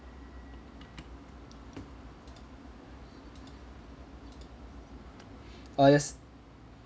uh yes